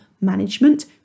management